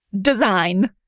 Design